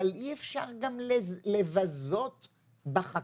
אבל אי אפשר גם לבזות בחקיקה,